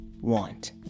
want